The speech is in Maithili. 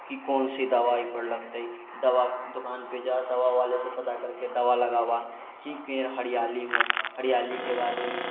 कि कोन सी दवाइ एहिपर लगिते दवाइ दोकानपर जा दवावाले से पता करिके दवा लगाबऽ कि पेड़ हरिआली होइ हरिआलीके बाद ओहिमे